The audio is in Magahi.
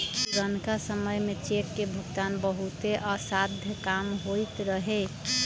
पुरनका समय में चेक के भुगतान बहुते असाध्य काम होइत रहै